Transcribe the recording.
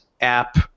app